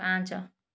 ପାଞ୍ଚ